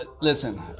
listen